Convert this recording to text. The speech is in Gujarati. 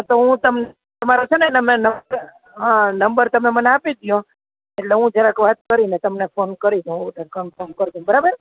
હું તમને તમારો છે ને નંબર તમે નંબર મને આપી દ્યો એટલે હુ જરાક વાત કરીને તમને ફોન કકરી દઉં કન્ફોર્મ કરીને બરાબર